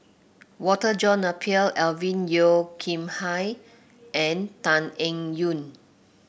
Walter John Napier Alvin Yeo Khirn Hai and Tan Eng Yoon